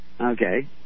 Okay